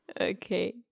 Okay